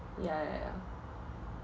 ya ya ya